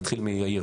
אז נתחיל מיאיר.